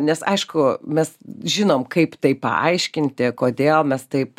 nes aišku mes žinom kaip tai paaiškinti kodėl mes taip